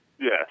Yes